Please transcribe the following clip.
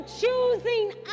choosing